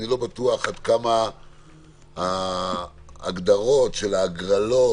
אני לא בטוח עד כמה ההגדרות של ההגרלות